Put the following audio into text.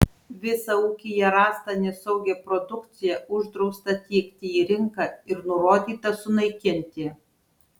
visą ūkyje rastą nesaugią produkciją uždrausta tiekti į rinką ir nurodyta sunaikinti